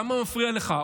למה הוא מפריע לך?